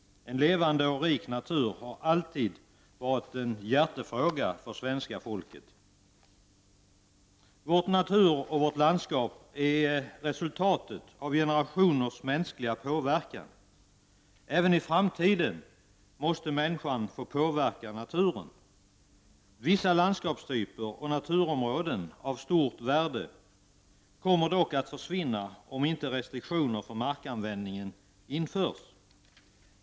En levande och rik natur har alltid varit en hjärtefråga för svenska folket. Vår natur och vårt landskap är resultatet av generationers mänskliga påverkan. Även i framtiden måste människan få påverka naturen. Vissa landskapstyper och naturområden av stort värde kommer dock att försvinna, om inte restriktioner för markanvändningen införs.